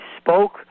spoke